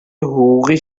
حقوقی